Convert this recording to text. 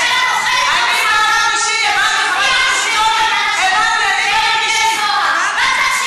תחשבי על 2 מיליון אנשים בעזה,